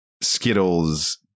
Skittles